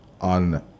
on